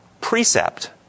precept